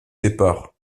départ